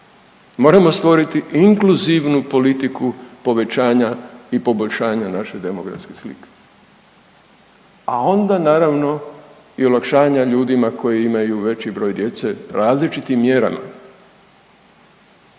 Moramo stvoriti inkluzivnu politiku povećanja i poboljšanja naše demografske slike, a onda naravno i olakšanja ljudima koji imaju veći broj djece različitim mjerama,